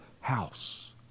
house